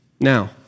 Now